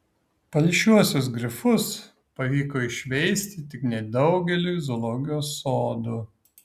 palšuosius grifus pavyko išveisti tik nedaugeliui zoologijos sodų